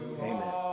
amen